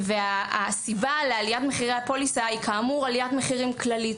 הסיבה לעליית מחירי הפוליסה היא עליית מחירים כללית,